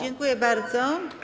Dziękuję bardzo.